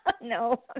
No